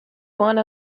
one